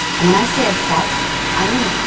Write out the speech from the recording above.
and when i say obsess, i mean,